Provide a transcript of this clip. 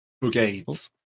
brigades